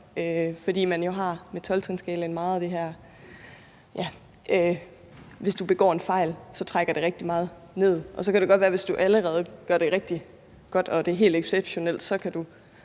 fordi der jo med 12-skalaen er meget af det her med, at hvis du begår en fejl, trækker det rigtig meget ned. Så kan det godt være, at hvis du i forvejen gør det rigtig godt og det er helt exceptionelt, kan du